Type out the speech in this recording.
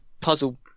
puzzle